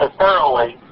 thoroughly